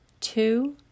two